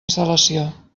instal·lació